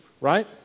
right